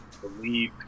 Believe